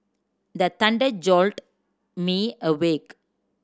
the thunder jolt me awake